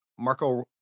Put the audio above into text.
marco